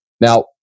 Now